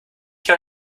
kann